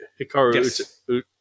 Hikaru